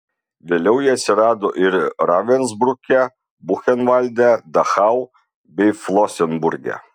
vėliau jie atsirado ir ravensbruke buchenvalde dachau bei flosenburge